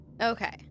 okay